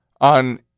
on